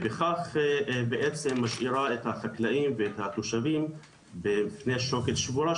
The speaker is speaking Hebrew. ובכך בעצם משאירה את החקלאים והתושבים בפני שוקת שבורה,